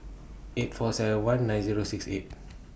eight four seven one nine Zero six eight